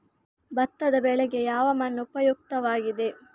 ಭತ್ತದ ಬೆಳೆಗೆ ಯಾವ ಮಣ್ಣು ಉಪಯುಕ್ತವಾಗಿದೆ?